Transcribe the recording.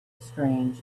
strange